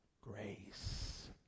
grace